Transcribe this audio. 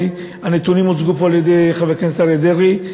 הנתונים הוצגו כבר על-ידי חבר הכנסת אריה דרעי,